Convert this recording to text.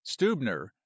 Stubner